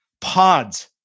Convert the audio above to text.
pods